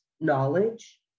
knowledge